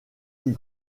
plus